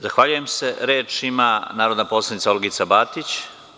Zahvaljujem se reč ima narodna poslanica Olgica Batić.